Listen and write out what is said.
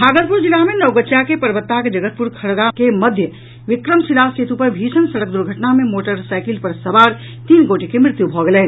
भागलपुर जिला मे नवगछिया के परबत्ताक जगतपुर खगड़ा के मध्य विक्रमशिला सेतु पर भीषण सड़क दुर्घटना मे मोटरसाईकिल सवार तीन गोटे के मृत्यु भऽ गेलनि